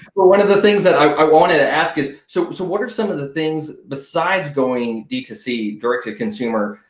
one of the things that i wanted to ask is, so so what are some of the things besides going d two c, direct to consumer,